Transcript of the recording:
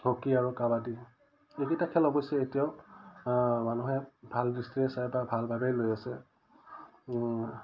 hockey আৰু কাবাডী এইকেইটা খেল অৱশ্যে এতিয়াও মানুহে ভাল দৃষ্টিৰে চাই বা ভাল ভাবেই লৈ আছে